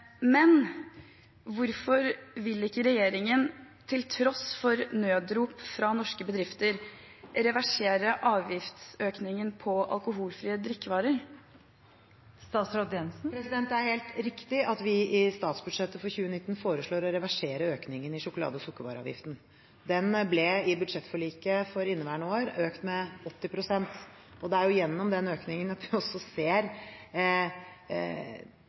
men hvorfor vil ikke regjeringen, til tross for nødrop fra norske bedrifter, reversere avgiftsøkningen på alkoholfrie drikkevarer? Det er helt riktig at vi i statsbudsjettet for 2019 foreslår å reversere økningen i sjokolade- og sukkervareavgiften. Den ble i budsjettforliket for inneværende år økt med 80 pst., og det er gjennom den økningen at vi også ser